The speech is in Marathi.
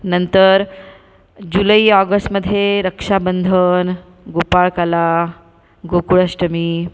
नंतर जुलै ऑगस्टमध्ये रक्षाबंधन गोपाळकाला गोकुळाष्टमी